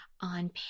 on